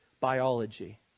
biology